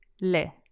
le